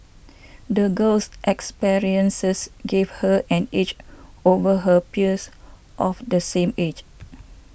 the girl's experiences gave her an edge over her peers of the same age